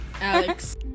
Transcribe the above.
Alex